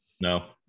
No